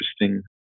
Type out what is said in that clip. interesting